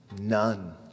none